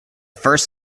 first